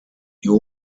new